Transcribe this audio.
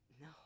No